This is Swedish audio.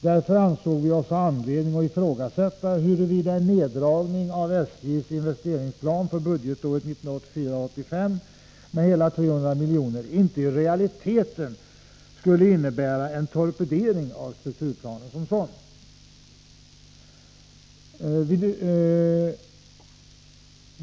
Vi ansåg oss därför ha anledning att ifrågasätta huruvida en minskning av SJ:s investeringsplan för budgetåret 1984/85 med hela 300 milj.kr. inte i realiteten skulle innebära en torpedering av strukturplanen.